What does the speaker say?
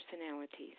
personalities